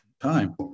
time